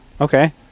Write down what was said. okay